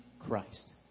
Christ